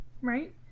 right